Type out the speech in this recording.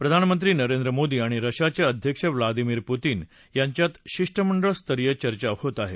प्रधानमंत्री नरेंद्र मोदी आणि रशियाचे अध्यक्ष व्लादिमीर पुतीन यांच्यात शिष्ट मंडळ स्तरीय चर्चा होत आहे